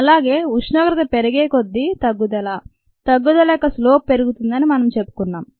అలాగే ఉష్ణోగ్రత పెరిగేకొద్దీ తగ్గుదల తగ్గుదల యొక్క స్లోప్ పెరుగుతుందని మనము చెప్పుకున్నాము